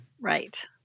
right